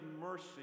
mercy